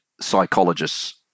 psychologists